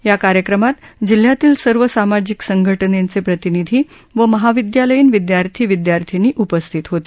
या कार्यक्रमात जिल्ह्यातल्या सर्व सामाजिक संघटनेचे प्रतिनिधी आणि महाविद्यालयीन विद्यार्थी तसंच विद्यार्थिनी उपस्थित होते